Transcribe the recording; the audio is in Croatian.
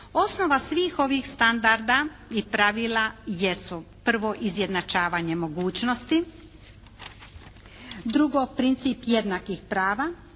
Osnova svih ovih standarda i pravila jesu: 1) izjednačavanje mogućnosti, 2) princip jednakih prava,